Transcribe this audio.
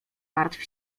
martw